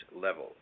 level